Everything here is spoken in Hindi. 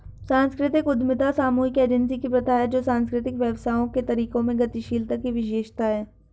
सांस्कृतिक उद्यमिता सामूहिक एजेंसी की प्रथा है जो सांस्कृतिक व्यवसायों के तरीकों में गतिशीलता की विशेषता है